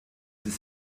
ist